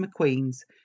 McQueen's